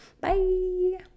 Bye